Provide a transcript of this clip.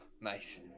Nice